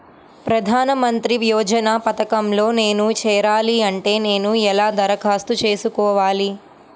ప్రధాన మంత్రి యోజన పథకంలో నేను చేరాలి అంటే నేను ఎలా దరఖాస్తు చేసుకోవాలి?